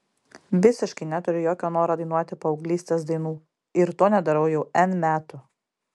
visiškai neturiu jokio noro dainuoti paauglystės dainų ir to nedarau jau n metų